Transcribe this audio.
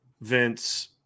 Vince